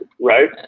Right